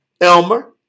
Elmer